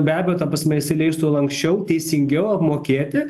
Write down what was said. be abejo ta prasme jisai leistų lanksčiau teisingiau apmokėti